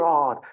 God